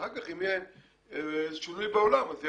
ואחר כך אם יהיה שינוי בעולם זה יחול.